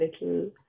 little